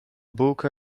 book